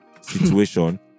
situation